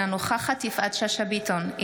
אינה נוכחת יפעת שאשא ביטון,